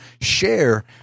share